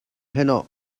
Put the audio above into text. heno